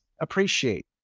appreciate